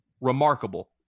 remarkable